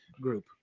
group